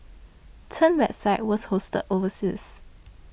Chen's website was hosted overseas